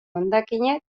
hondakinak